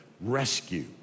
rescue